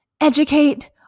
educate